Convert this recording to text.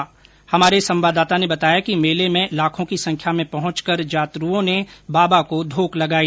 हमारे जैसलमेर संवाददाता ने बताया कि मेले में लाखों की संख्या में पहुंचकर जातरूओं ने बाबा को धोक लगाई